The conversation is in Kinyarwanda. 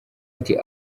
ati